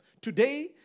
today